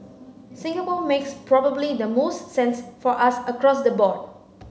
Singapore makes probably the most sense for us across the board